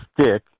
stick